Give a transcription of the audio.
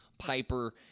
Piper